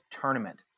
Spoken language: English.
Tournament